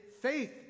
faith